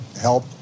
help